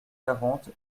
quarante